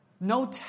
No